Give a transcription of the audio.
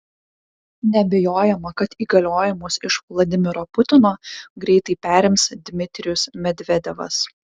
neabejojama kad įgaliojimus iš vladimiro putino greitai perims dmitrijus medvedevas